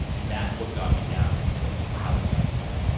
and that's what got me down to say, okay. well, how do i do that?